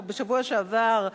בשבוע שעבר,